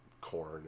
corn